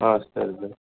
ஆ சரி சார்